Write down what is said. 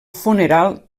funeral